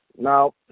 now